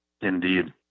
Indeed